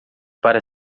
para